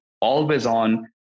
always-on